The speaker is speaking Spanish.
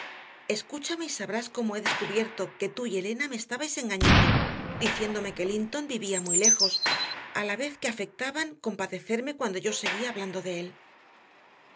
escúchame y sabrás cómo he descubierto que tú y elena me estabais engañando diciéndome que linton vivía muy lejos a la vez que afectaban compadecerme cuando yo seguía hablando de él